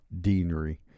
Deanery